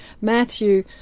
Matthew